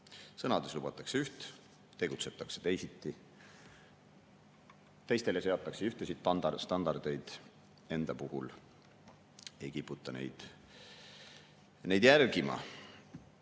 Sõnades lubatakse üht, tegutsetakse teisiti. Teistele seatakse ühed standardid, enda puhul ei kiputa neid järgima. Eelarve